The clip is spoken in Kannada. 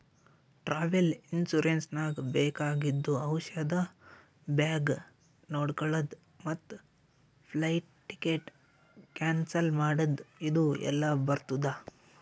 ಟ್ರಾವೆಲ್ ಇನ್ಸೂರೆನ್ಸ್ ನಾಗ್ ಬೇಕಾಗಿದ್ದು ಔಷಧ ಬ್ಯಾಗ್ ನೊಡ್ಕೊಳದ್ ಮತ್ ಫ್ಲೈಟ್ ಟಿಕೆಟ್ ಕ್ಯಾನ್ಸಲ್ ಮಾಡದ್ ಇದು ಎಲ್ಲಾ ಬರ್ತುದ